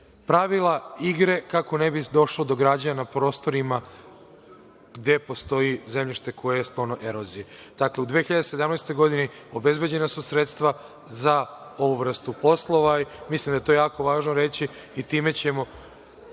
pravila igre, kako ne bi došlo do građa na prostorima gde postoji zemljište koje je sklono eroziji. Dakle, u 2017. godini obezbeđena su sredstva za ovu vrstu poslova. Mislim da je to jako važno reći. Time ćemo,